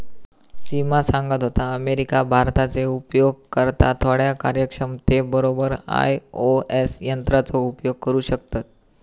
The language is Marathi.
सिमा सांगत होता, अमेरिका, भारताचे उपयोगकर्ता थोड्या कार्यक्षमते बरोबर आई.ओ.एस यंत्राचो उपयोग करू शकतत